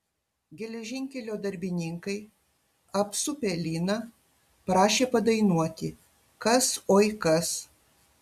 geležinkelio darbininkai apsupę liną prašė padainuoti kas oi kas